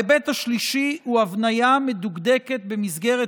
ההיבט השלישי הוא הבניה מדוקדקת במסגרת